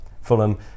Fulham